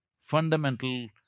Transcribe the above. fundamental